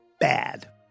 bad